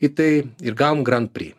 į tai ir gavom grand pri